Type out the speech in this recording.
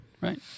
right